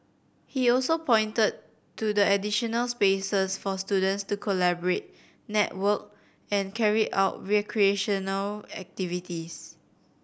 he also pointed to the addition of spaces for students to collaborate network and carry out recreational activities